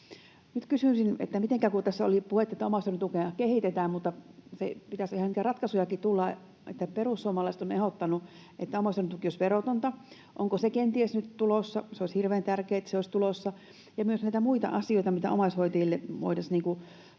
Nyt kysyisin, kun tässä oli puhetta, että omaishoidon tukea kehitetään, mutta pitäisi ihan niitä ratkaisujakin tulla, että kun perussuomalaiset ovat ehdottaneet, että omaishoidon tuki olisi verotonta, niin onko se kenties nyt tulossa. Olisi hirveän tärkeää, että se olisi tulossa. Myös näitä muita asioita, mitä omaishoitajille voitaisiin